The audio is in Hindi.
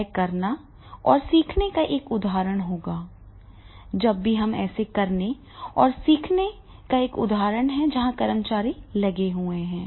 यह करने और सीखने का एक उदाहरण होगा जब भी ऐसा करने और सीखने का एक उदाहरण है जहां कर्मचारी लगे हुए हैं